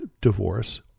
divorce